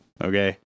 okay